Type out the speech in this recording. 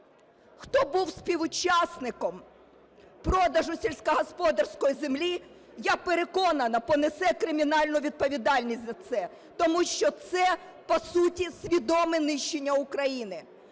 хто був співучасником продажу сільськогосподарської землі, я переконана, понесе кримінальну відповідальність за це, тому що це по суті свідоме нищення України.